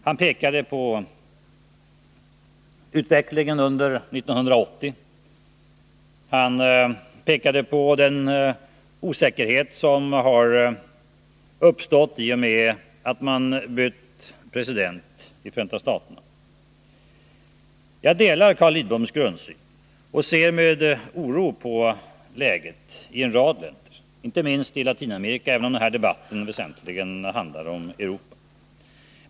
Han pekade på utvecklingen under 1980 och på den osäkerhet som har uppstått i och med att man utsett ny president i Förenta staterna. Jag delar Carl Lidboms grundsyn och ser med oro på läget i en rad länder, inte minst i Latinamerika, även om denna debatt väsentligen handlar om Europa.